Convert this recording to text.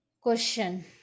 Question